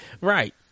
Right